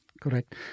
correct